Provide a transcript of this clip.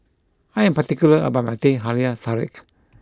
I am particular about my Teh Halia Tarik